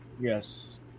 Yes